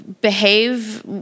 behave